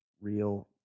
real